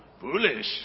Foolish